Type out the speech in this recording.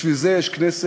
בשביל זה יש כנסת,